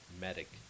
medic